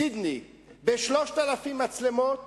סידני ב-3,000 מצלמות,